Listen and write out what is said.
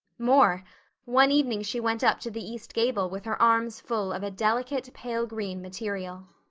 more one evening she went up to the east gable with her arms full of a delicate pale green material.